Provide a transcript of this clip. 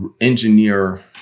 engineer